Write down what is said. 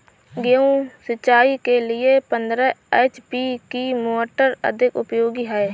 गेहूँ सिंचाई के लिए पंद्रह एच.पी की मोटर अधिक उपयोगी है?